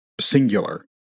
singular